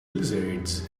lizards